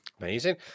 Amazing